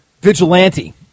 vigilante